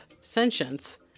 sentience